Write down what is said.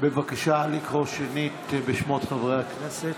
בבקשה לקרוא שנית בשמות חברי הכנסת.